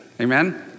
amen